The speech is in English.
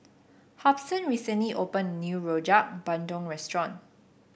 Hobson recently opened a new Rojak Bandung restaurant